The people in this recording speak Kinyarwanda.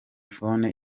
phone